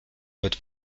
wird